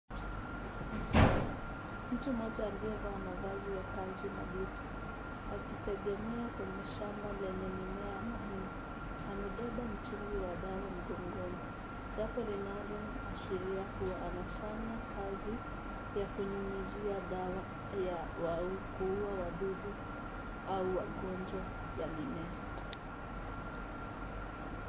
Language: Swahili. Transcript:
Mtu mmoja aliyevaa mavazi ya kazi na buti akitegemea kwenye shamba lenye mimea ya mahindi. Amebeba mtungi wa dawa mgongoni, jambo linaloashiria kuwa anafanya kazi ya kunyunyuzia dawa ya kuua wadudu au magonjwa ya mimea.